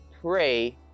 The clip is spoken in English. pray